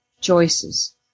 choices